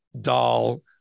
doll